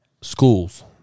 schools